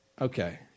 Okay